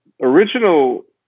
original